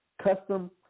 custom